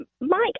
Mike